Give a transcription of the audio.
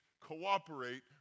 cooperate